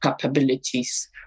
capabilities